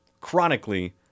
chronically